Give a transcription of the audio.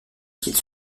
quitte